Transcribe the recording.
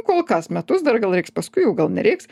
kol kas metus dar gal reiks paskui jau gal nereiks